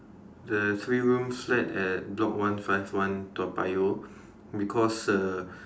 the three room flat at block one five one Toa-Payoh because uh